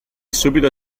subito